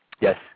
Yes